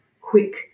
quick